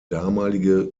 damalige